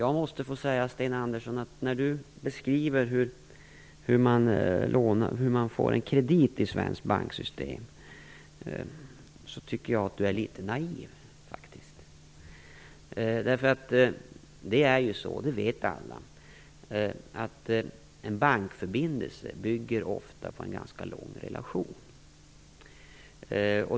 Jag måste få säga att när Sten Andersson beskriver hur man får en kredit i svenskt banksystem tycker jag att han faktiskt är litet naiv.